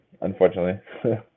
unfortunately